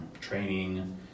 training